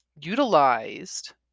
utilized